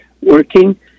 working